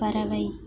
பறவை